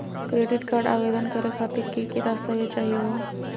Credit card आवेदन करे खातिर की की दस्तावेज चाहीयो हो?